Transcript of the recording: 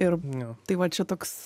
ir tai va čia toks